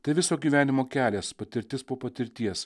tai viso gyvenimo kelias patirtis po patirties